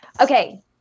okay